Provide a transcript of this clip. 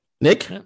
Nick